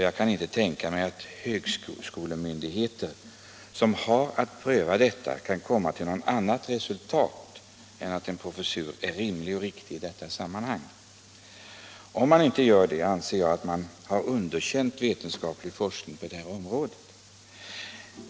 Jag kan inte tänka mig att den högskolemyndighet som har att pröva detta kan komma till något annat resultat än att en professur är rimlig och riktig i detta sammanhang. Om man inte gör det anser jag att man har underkänt vetenskaplig forskning på detta område.